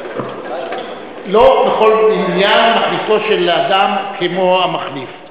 לא בכל עניין מחליפו של אדם כמו המחליף.